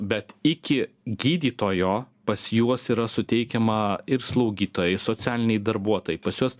bet iki gydytojo pas juos yra suteikiama ir slaugytojai socialiniai darbuotojai pas juos